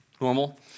normal